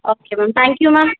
okay ma'am thank you ma'am